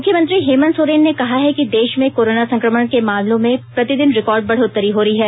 मुख्यमंत्री हेमन्त सोरेन ने कहा है कि देश में कोरोना संक्रमण के मामलों में प्रतिदिन रिकॉर्ड बढ़ोत्तरी हो रही है